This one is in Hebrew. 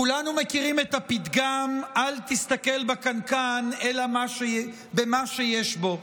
כולנו מכירים את הפתגם "אל תסתכל בקנקן אלא במה שיש בו".